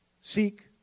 seek